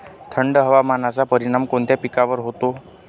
थंड हवामानाचा परिणाम कोणत्या पिकावर होतो?